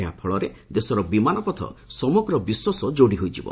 ଏହା ଫଳରେ ଦେଶର ବିମାନପଥ ସମଗ୍ର ବିଶ୍ୱ ସହ ଯୋଡ଼ି ହୋଇଯିବ